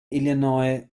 illinois